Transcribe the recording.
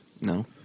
No